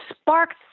sparked